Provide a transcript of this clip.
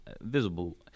Visible